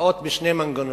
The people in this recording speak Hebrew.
באות בשני מנגנונים.